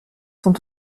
sont